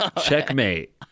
Checkmate